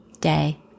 day